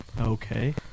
okay